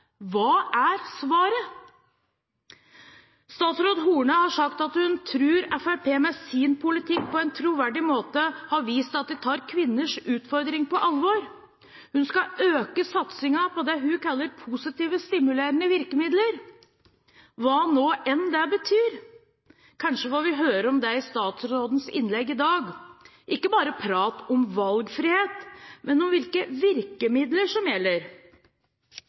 Hva er svaret? Statsråd Horne har sagt at hun tror at Fremskrittspartiet med sin politikk på en troverdig måte har vist at de tar kvinners utfordring på alvor. Hun skal øke satsingen på det hun kaller positive, stimulerende virkemidler – hva nå det enn betyr. Kanskje får vi høre om det i statsrådens innlegg i dag, og ikke bare prat om valgfrihet, men om hvilke virkemidler som gjelder.